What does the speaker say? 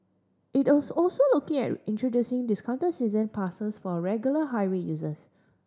it was also looking at introducing discounted season passes for regular highway users